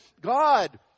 God